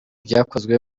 byakozwe